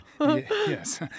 Yes